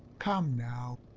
come now,